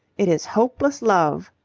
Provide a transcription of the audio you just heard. it is hopeless love.